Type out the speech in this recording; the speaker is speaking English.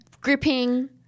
gripping